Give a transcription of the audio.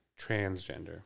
Transgender